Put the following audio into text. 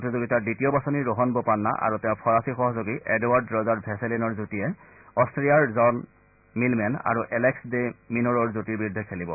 প্ৰতিযোগিতাৰ দ্বিতীয় বাছনিৰ ৰোহান বোপান্না আৰু তেওঁৰ ফৰাছী সহযোগী এডৱাৰ্ড ৰজাৰ ভেছেলিনৰ যুটীয়ে অষ্টীয়াৰ জন মিলমেন আৰু এলেক্স ডে মিনৰৰ যুটীৰ বিৰুদ্ধে খেলিব